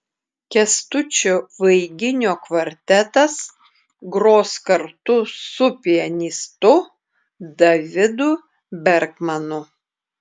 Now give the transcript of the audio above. kęstučio vaiginio kvartetas gros kartu su pianistu davidu berkmanu